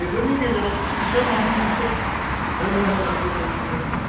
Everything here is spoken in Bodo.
बेफोरनि गेजेराव स्पिसियेल माबा मोनसे होनो होन्नानै गोसोयाव सान्नाय दं नामा